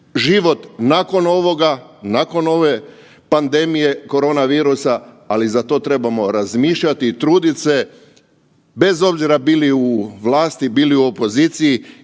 život nakon ovoga, nakon ove pandemije korona virusa, ali za to trebamo razmišljati i trudit se bez obzira bili u vlasti, bili u opoziciji